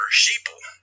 sheeple